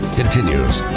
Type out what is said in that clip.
continues